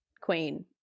queen